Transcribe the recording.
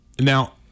Now